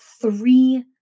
three